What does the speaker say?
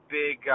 big